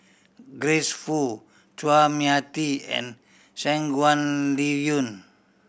Grace Fu Chua Mia Tee and Shangguan Liuyun